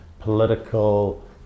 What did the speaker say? political